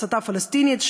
הסתה פלסטינית,